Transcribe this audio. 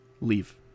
leave